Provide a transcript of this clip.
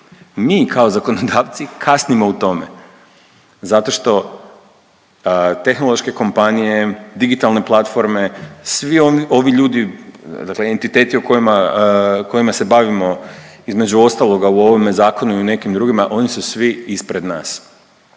Mi kao zakonodavci kasnimo u tome zato što tehnološke kompanije, digitalne platforme, svi ovi ljudi, dakle entiteti o kojima, kojima se bavimo između ostaloga u ovome zakonu i u nekim drugima oni su svi ispred nas